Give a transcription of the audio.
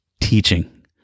teaching